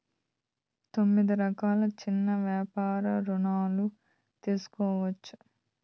తొమ్మిది రకాల సిన్న యాపార రుణాలు తీసుకోవచ్చు